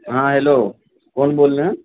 ہاں ہیلو کون بول رہے ہیں